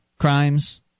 crimes